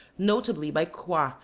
notably by couat,